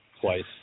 twice